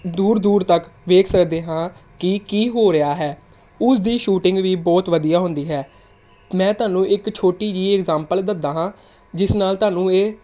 ਦੂਰ ਦੂਰ ਤੱਕ ਵੇਖ ਸਕਦੇ ਹਾਂ ਕਿ ਕੀ ਹੋ ਰਿਹਾ ਹੈ ਉਸ ਦੀ ਸ਼ੂਟਿੰਗ ਵੀ ਬਹੁਤ ਵਧੀਆ ਹੁੰਦੀ ਹੈ ਮੈਂ ਤੁਹਾਨੂੰ ਇੱਕ ਛੋਟੀ ਜਿਹੀ ਇਗਜਾਮਪਲ ਦਿੰਦਾਂ ਹਾਂ ਜਿਸ ਨਾਲ ਤੁਹਾਨੂੰ ਇਹ